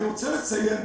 אני רוצה לציין,